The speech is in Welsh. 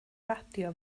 radio